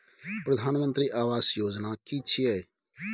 प्रधानमंत्री आवास योजना कि छिए?